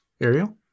Ariel